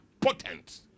potent